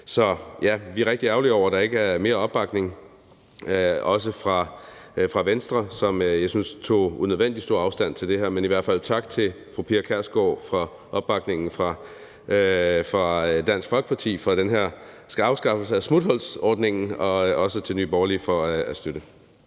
Så ja, vi er rigtig ærgerlige over, at der ikke er mere opbakning – heller ikke fra Venstre, som jeg synes tog unødvendig stor afstand fra det her. Men jeg vil sige tak til fru Pia Kjærsgaard for opbakningen fra Dansk Folkeparti til den her afskaffelse af smuthulsordningen og også til Nye Borgerlige for at støtte.